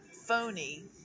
phony